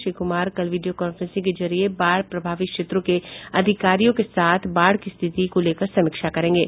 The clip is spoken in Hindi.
श्री कुमार कल वीडियो कॉफ्रेंसिंग के जरिये बाढ़ प्रभावित क्षेत्रों के अधिकारियों के साथ बाढ़ की स्थिति को लेकर समीक्षा करेंगे